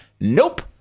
nope